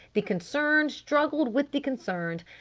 the concerned struggled with the concerned.